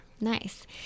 Nice